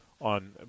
on